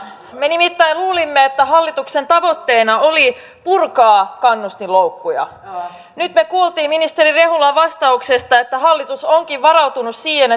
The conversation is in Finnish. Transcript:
me nimittäin luulimme että hallituksen tavoitteena oli purkaa kannustinloukkuja nyt me kuulimme ministeri rehulan vastauksesta että hallitus onkin varautunut siihen